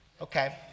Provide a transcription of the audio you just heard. Okay